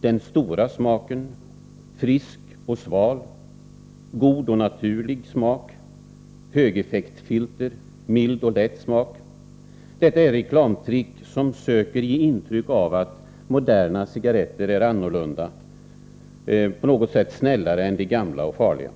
”Den stora smaken — frisk och sval”, ”God och naturlig smak”, ”Högeffektfilter”, ”Mild och lätt smak”. Detta är reklamtrick som söker ge intryck av att moderna cigaretter är annorlunda, på något sätt ”snällare” än de gamla och farliga.